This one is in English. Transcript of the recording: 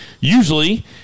usually